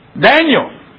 Daniel